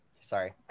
sorry